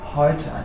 heute